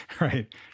Right